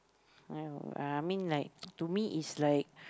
uh I mean like to me is like